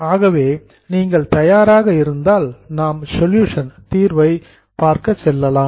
ஆகவே நீங்கள் தயாராக இருந்தால் நாம் சொல்யூஷன் தீர்வை பார்க்க செல்லலாம்